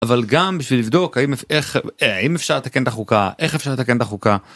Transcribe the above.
אבל גם בשביל לבדוק האם אפשר לתקן את החוקה, איך אפשר לתקן את החוקה.